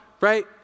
right